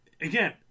Again